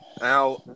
Now